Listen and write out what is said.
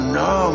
no